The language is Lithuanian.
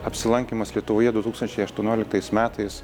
apsilankymas lietuvoje du tūkstančiai aštuonioliktais metais